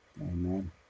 Amen